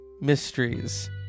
Mysteries